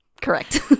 correct